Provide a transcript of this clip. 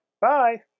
Bye